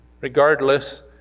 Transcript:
regardless